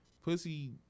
pussy